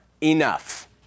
enough